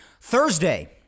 Thursday